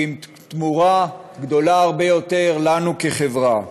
כי אם תרומה גדולה הרבה יותר לנו כחברה.